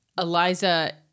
Eliza